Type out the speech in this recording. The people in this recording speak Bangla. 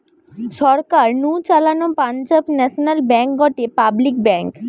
সরকার নু চালানো পাঞ্জাব ন্যাশনাল ব্যাঙ্ক গটে পাবলিক ব্যাঙ্ক